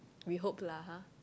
we hope lah !huh!